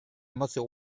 emozio